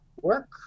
work